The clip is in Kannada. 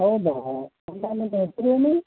ಹೌದಾ ಅಮ್ಮ ನಿಮ್ಮ ಹೆಸರೇನು